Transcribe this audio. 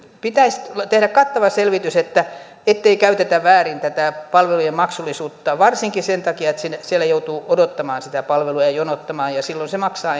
pitäisi tehdä kattava selvitys ettei käytetä väärin tätä palvelujen maksullisuutta varsinkin sen takia että siellä joutuu odottamaan sitä palvelua ja jonottamaan ja silloin se maksaa